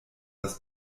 das